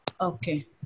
Okay